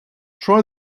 try